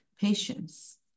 patience